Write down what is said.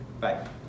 Bye